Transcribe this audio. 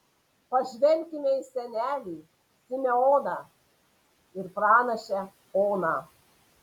pažvelkime į senelį simeoną ir pranašę oną